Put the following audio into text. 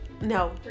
No